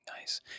nice